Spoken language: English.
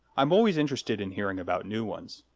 i'm always interested in hearing about new ones.